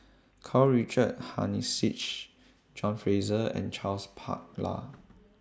Karl Richard Hanitsch John Fraser and Charles Paglar